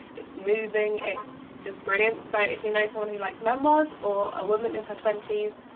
it's moving. it's just brilliant. so if you know someone who likes memoirs or a woman in her twenties,